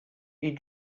est